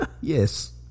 Yes